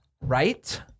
Right